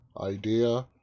idea